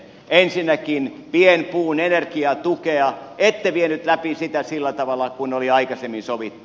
ensinnäkin pienpuun energiatukea ette vienyt läpi sillä tavalla kuin oli aikaisemmin sovittu